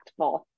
impactful